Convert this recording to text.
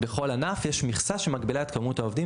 בכל ענף יש מכסה שמגבילה את כמות העובדים